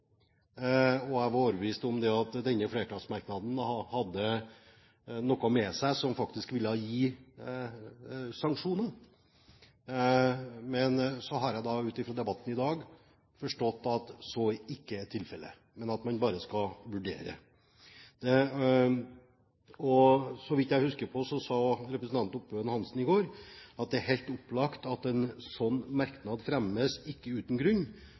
Jeg var overbevist om at denne flertallsmerknaden hadde noe med seg som faktisk ville gi sanksjoner. Men så har jeg ut fra debatten i dag forstått at så ikke er tilfellet, men at man bare skal vurdere. Så vidt jeg husker, sa representanten Oppebøen Hansen i går at det er helt opplagt at en slik merknad ikke fremmes uten grunn.,